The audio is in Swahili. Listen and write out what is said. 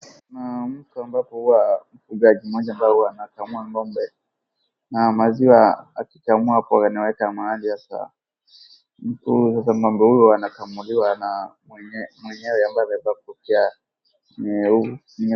Mwanamke ambapo huwa mfugaji mmoja ambaye huwa anakamua ng'ombe na maziwa akikamua anaweka mahali haswa. Mutu sasa ng'ombe huyu anakamuliwa na mwenyewe ambaye amevaa kofia nyeu.